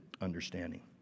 understanding